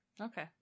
okay